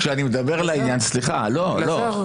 כשאני מדבר לעניין סליחה, לא, לא --- אלעזר.